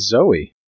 Zoe